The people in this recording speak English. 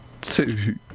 two